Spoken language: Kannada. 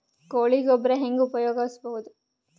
ಕೊಳಿ ಗೊಬ್ಬರ ಹೆಂಗ್ ಉಪಯೋಗಸಬಹುದು?